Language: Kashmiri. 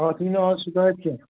اَتھ اِیہِ نہٕ اَز شِکایت کیٚنٛہہ